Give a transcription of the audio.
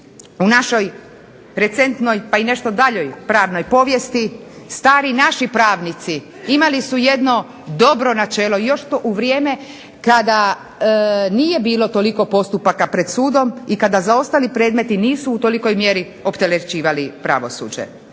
u našoj recentnoj, pa i nešto daljoj pravnoj povijesti, stari naši pravnici imali su jedno dobro načelo, još to u vrijeme kada nije bio toliko postupaka pred sudom, i kada zaostali predmeti nisu u tolikoj mjeri opterećivali pravosuđe.